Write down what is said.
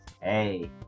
Hey